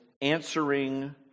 answering